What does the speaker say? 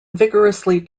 vigorously